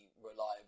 reliable